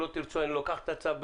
לא תרצו אני לוקחת את הצו.